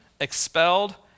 expelled